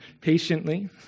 patiently